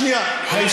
הצעה.